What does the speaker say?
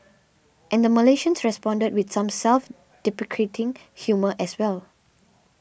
and Malaysians responded with some self deprecating humour as well